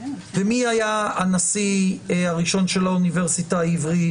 ומי היה הנשיא הראשון של האוניברסיטה העברית,